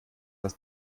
das